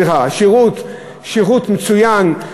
מקבלים שירות מאוד מאוד מצוין,